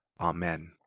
Amen